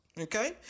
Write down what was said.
okay